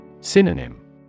Synonym